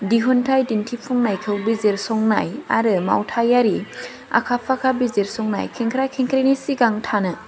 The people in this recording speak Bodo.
दिहुनथाइ दिन्थिफुंनायखौ बिजिरसंनाय आरो मावथायारि आखा फाखा बिजिरंनाय खेंख्रा खेंख्रिनि सिगां थानो